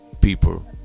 people